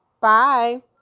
bye